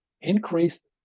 increased